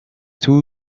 two